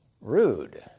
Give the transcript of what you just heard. rude